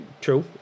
true